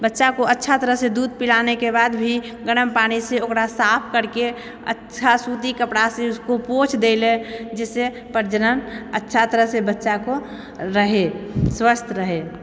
बच्चाको अच्छा तरहसँ दूध पिलानेके बाद भी गरम पानिसँ ओकरा साफ करिके अच्छा सूती कपड़ासेँ उसको पोछ दै ला जिससे प्रजनन अच्छा तरहसँ बच्चाको रहै स्वस्थ्य रहै